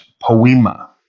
poema